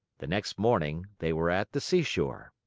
the next morning they were at the seashore.